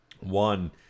one